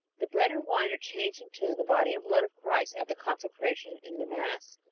the bread and wine are changed into the body and blood of christ at the consecration in the mass.